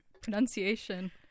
pronunciation